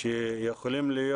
שיכולים להיות